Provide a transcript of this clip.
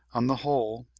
on the whole,